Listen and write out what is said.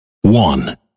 One